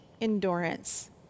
endurance